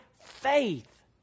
faith